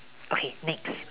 okay next